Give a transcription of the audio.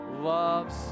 loves